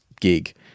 gig